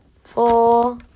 four